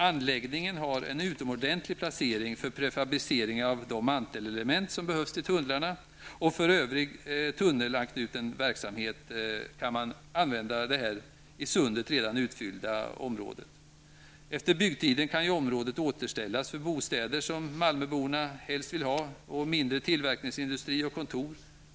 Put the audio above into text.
Anläggningen har en utomordentlig placering för prefabricering av de mantelelement som behövs till tunnlarna. Detta i sundet redan utfyllda område kan också användas för övrig tunnelanknuten verksamhet. Området kan efter byggtiden återställas för bostäder -- som malmöborna helst vill ha --, mindre tillverkningsindustri och kontor.